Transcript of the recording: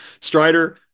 Strider